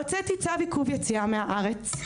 הוצאתי צו עיכוב יציאה מהארץ,